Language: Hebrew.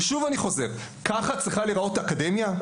ושוב אני חוזר, ככה צריכה להיראות אקדמיה?